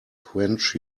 quench